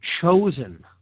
chosen